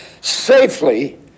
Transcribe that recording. safely